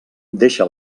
deixa